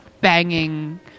banging